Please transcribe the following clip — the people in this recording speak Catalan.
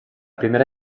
primera